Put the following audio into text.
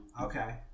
Okay